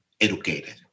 Educated